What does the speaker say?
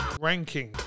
Ranking